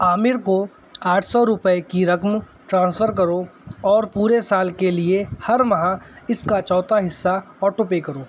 عامر کو آٹھ سو روپے کی رقم ٹرانسفر کرو اور پورے سال کے لیے ہر ماہ اس کا چوتھا حِصّہ آٹو پے کرو